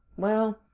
well,